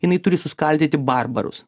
jinai turi suskaldyti barbarus